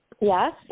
Yes